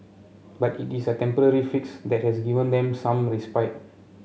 but it is a temporary fix that has given them some respite